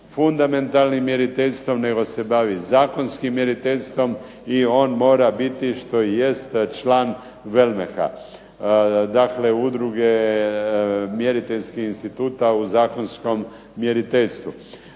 fundamentalnim mjeriteljstvom nego se bavi zakonskim mjeriteljstvom i on mora biti, što i jest, član … /Govornik se ne razumije./… dakle, Udruge mjeriteljskih instituta u zakonskom mjeriteljstvu.